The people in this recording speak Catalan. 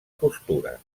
costura